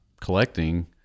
collecting